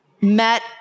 met